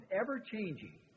ever-changing